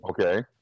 Okay